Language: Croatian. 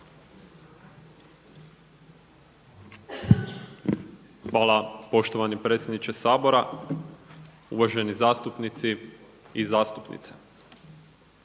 Hvala poštovani predsjedniče Sabora, uvaženi zastupnici i zastupnice.